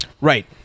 Right